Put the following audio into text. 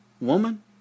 woman